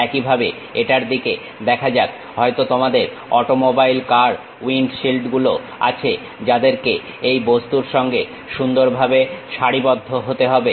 একইভাবে এটার দিকে দেখা যাক হয়তো তোমাদের অটোমোবাইল কার উইন্ডশীল্ড গুলো আছে যাদেরকে এই বস্তুর সঙ্গে সুন্দরভাবে সারিবদ্ধ হতে হবে